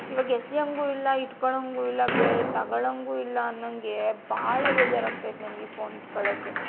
ಈವಾಗ ಎಸಿಯಂಗೂ ಇಲ್ಲ ಇಟ್ಕೋಳಂಗೂ ಇಲ್ಲ ಬೇರೆ ತಗೋಳಂಗೂ ಇಲ್ಲ ಅನ್ನಂಗೆ ಭಾಳ ಬೇಜಾರಾಗ್ತೈತೆ ನನಗೀ ಫೋನ್ ಇಟ್ಕೊಳ್ಳಕ್ಕೆ